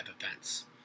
events